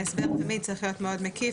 ההסבר צריך תמיד להיות מאוד מקיף,